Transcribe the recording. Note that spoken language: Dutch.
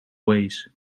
waze